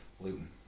Luton